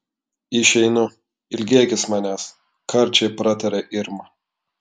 išeinu ilgėkis manęs karčiai pratarė irma